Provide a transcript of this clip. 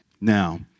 Now